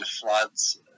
floods